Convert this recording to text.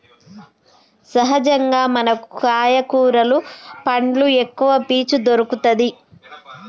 సహజంగా మనకు కాయ కూరలు పండ్లు ఎక్కవ పీచు దొరుకతది